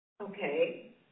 Okay